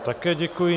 Také děkuji.